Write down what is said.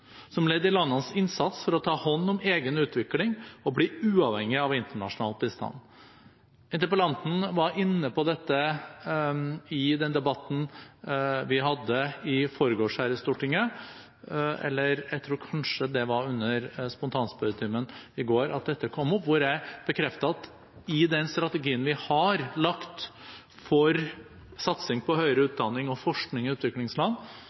som ledd i landenes innsats for å ta hånd om egen utvikling og bli uavhengig av internasjonal bistand. Interpellanten var inne på dette i den debatten vi hadde her i Stortinget – jeg tror det var under spontanspørretimen i går at dette kom opp – hvor jeg bekreftet at i den strategien vi har lagt for satsing på høyere utdanning og forskning i utviklingsland,